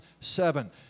seven